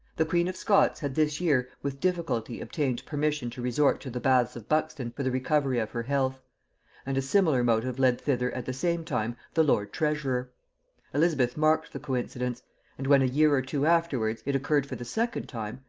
the queen of scots had this year with difficulty obtained permission to resort to the baths of buxton for the recovery of her health and a similar motive led thither at the same time the lord-treasurer. elizabeth marked the coincidence and when, a year or two afterwards, it occurred for the second time,